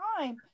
time